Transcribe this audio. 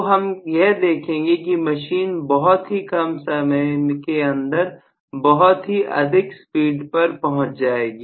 तो हम यह देखेंगे की मशीन बहुत ही कम समय के अंदर बहुत ही अधिक स्पीड पर पहुंच जाएगी